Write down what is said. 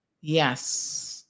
Yes